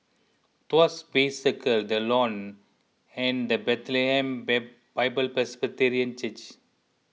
Tuas Bay Circle the Lawn and the Bethlehem by Bible Presbyterian Church